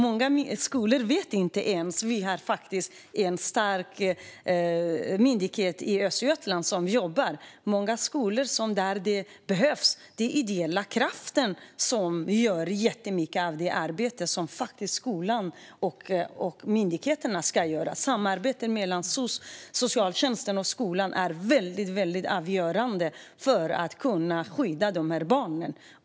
Många skolor vet inte ens att vi har en stark myndighet i Östergötland som jobbar med detta. I många skolor där detta behövs gör ideella krafter jättemycket av det arbete som skolan och myndigheterna faktiskt ska göra. Samarbetet mellan socialtjänsten och skolan är väldigt avgörande för att vi ska kunna skydda de här barnen.